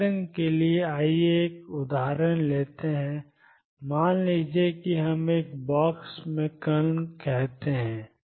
उदाहरण के लिए आइए एक उदाहरण लेते हैं मान लीजिए कि हम एक बॉक्स में कण कहते हैं